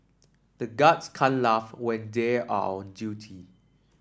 the guards can't laugh when they are on duty